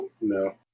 No